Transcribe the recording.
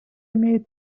имеет